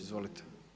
Izvolite.